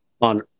on